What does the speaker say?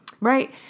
Right